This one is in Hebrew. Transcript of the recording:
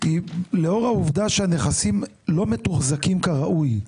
לאור העובדה שהנכסים לא מתוחזקים כראוי,